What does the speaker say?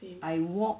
I walk